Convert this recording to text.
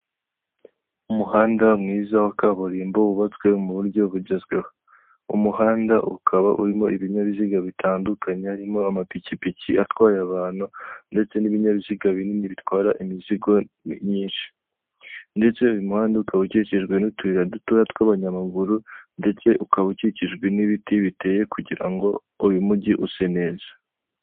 Umuhanda mwiza wa kaburimbo, wubatswe mu buryo bugezweho. Umuhanda ukaba urimo ibinyabiziga bitandukaye, harimo amapikipiki atwaye abantu ndetse n'ibinyabiziga binini, bitwara imizigo myinshi. Ndetse uyu muhanda ukaba ukikijwe n'utuyira dutoya tw'abanyamaguru, ndetse ukaba ukikijwe n'ibiti biteye, kugira ngo uyu mugi use neza.